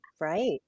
right